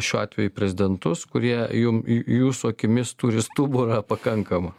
šiuo atveju į prezidentus kurie jum jū jūsų akimis turi stuburą pakankamą